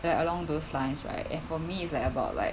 that along those lines right and for me it's like about like